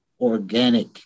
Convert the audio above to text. organic